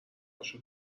هاشو